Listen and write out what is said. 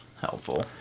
helpful